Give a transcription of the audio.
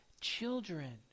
children